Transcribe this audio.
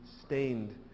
stained